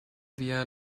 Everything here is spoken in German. wir